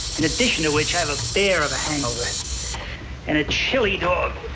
in addition to which, i have a bear of a hangover and a chili